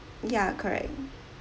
ya correct